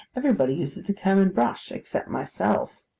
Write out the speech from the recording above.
everybody uses the comb and brush, except myself.